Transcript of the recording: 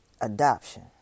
Adoption